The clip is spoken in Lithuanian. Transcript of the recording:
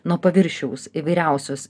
nuo paviršiaus įvairiausius